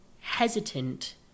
Hesitant